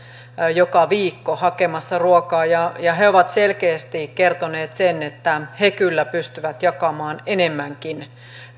joka viikko hakemassa ruokaa ja ja he ovat selkeästi kertoneet sen että he kyllä pystyvät jakamaan enemmänkin